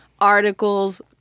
articles